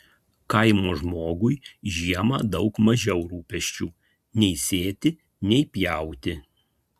kaimo žmogui žiemą daug mažiau rūpesčių nei sėti nei pjauti